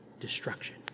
destruction